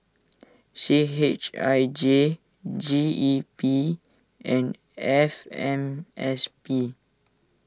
C H I J G E P and F M S P